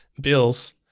bills